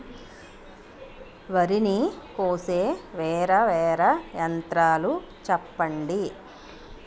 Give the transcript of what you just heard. వరి ని కోసే వేరా వేరా యంత్రాలు చెప్పండి?